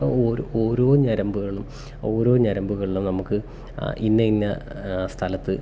അപ്പം ഓരോ ഓരോ ഞരമ്പുകളും ഓരോ ഞരമ്പുകൾളും നമുക്ക് ഇന്ന ഇന്ന സ്ഥലത്ത്